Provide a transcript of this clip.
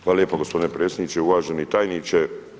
Hvala lijepo gospodine predsjedniče, uvaženi tajniče.